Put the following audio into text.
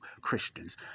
Christians